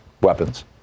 weapons